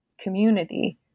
community